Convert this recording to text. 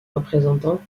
représentant